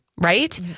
right